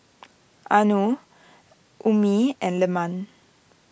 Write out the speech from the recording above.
Anuar Ummi and Leman